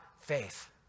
faith